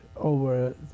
over